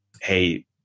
hey